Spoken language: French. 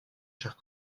chers